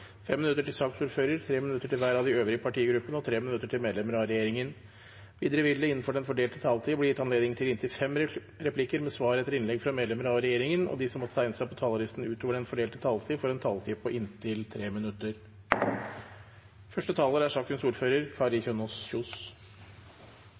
fem replikker med svar etter innlegg fra medlemmer av regjeringen, og de som måtte tegne seg på talerlisten utover den fordelte taletid, får en taletid på inntil 3 minutter.